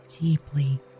deeply